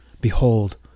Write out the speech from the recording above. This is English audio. Behold